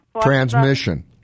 Transmission